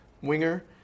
winger